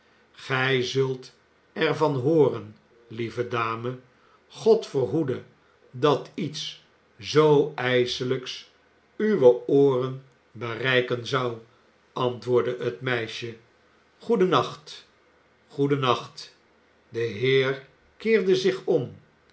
gij zult er van hooren lieve dame god verhoedde dat iets zoo ijselijks uwe ooren bereiken zou antwoordde het meisje goedennacht goedennacht de heer keerde zich om